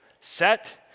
set